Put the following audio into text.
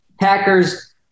Packers